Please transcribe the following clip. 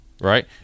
right